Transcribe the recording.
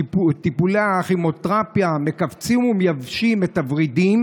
טיפולי הכימותרפיה מכווצים ומייבשים את הוורידים